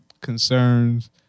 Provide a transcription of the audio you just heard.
Concerns